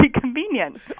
convenient